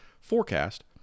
forecast